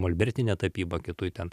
molbertinė tapyba kitoj ten